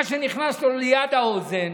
מה שנכנס לו ליד האוזן